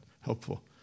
helpful